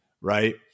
Right